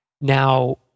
Now